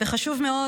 וחשוב מאוד